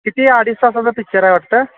किती आडीच तसाचा पिक्चर आहे वाटतं